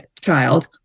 child